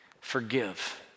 Forgive